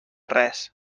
res